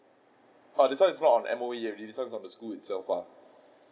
err this one is not on M_O_E already this one is from the school itself ah